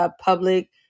public